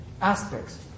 aspects